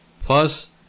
Plus